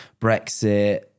brexit